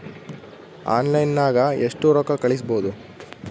ಆನ್ಲೈನ್ನಾಗ ಎಷ್ಟು ರೊಕ್ಕ ಕಳಿಸ್ಬೋದು